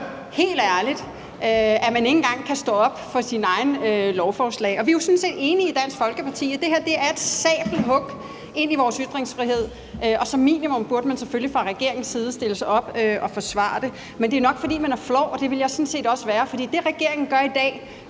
helt ærligt, at man ikke engang kan stå op for sine egne lovforslag. Vi er i Dansk Folkeparti jo sådan set også enige i, at det her er et sabelhug ind i vores ytringsfrihed, og at man fra regeringens side selvfølgelig som minimum burde stille sig op og forsvare det. Men det er nok, fordi man er flov, og det ville jeg sådan set også være, for det, som regeringen gør i dag,